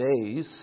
days